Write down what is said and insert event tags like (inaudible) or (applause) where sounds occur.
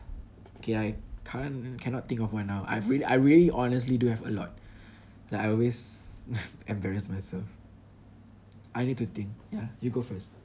K I can't cannot think of one now I really I really honestly do have a lot like I always (noise) embarrass myself I need to think ya you go first